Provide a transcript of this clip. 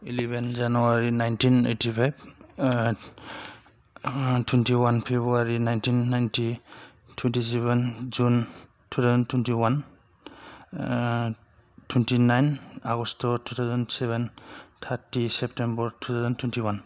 eleven January nineteen eighty five twenty one February nineteen ninety twenty seven June two thousand twenty one twenty nine August two thousand seven thirty September two thousand twenty one